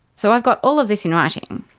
so i have got all of this in writing,